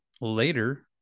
later